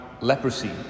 leprosy